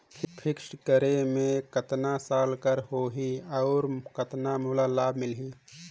Fixed करे मे कतना साल कर हो ही और कतना मोला लाभ मिल ही?